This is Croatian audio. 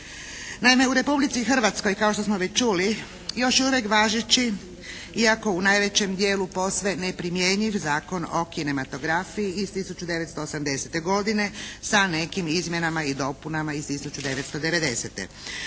Naime, u Republici Hrvatskoj kao što smo već čuli još je uvijek važeći iako u najvećem dijelu posve neprimjenjiv Zakon o kinematografiji iz 1980. godine sa nekim izmjenama i dopunama iz 1990. S